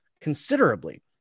considerably